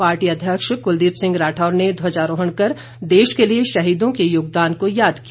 party अध्यक्ष कुलदीप सिंह राठौर ने ध्वजारोहण कर देश के लिए शहीदों के योगदान को याद किया